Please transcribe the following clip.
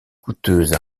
coûteuses